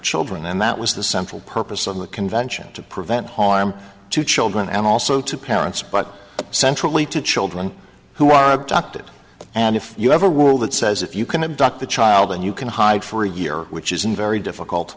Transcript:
children and that was the central purpose of the convention to prevent harm to children and also to parents but centrally to children who are abducted and if you have a world that says if you cannot duck the child and you can hide for a year which isn't very difficult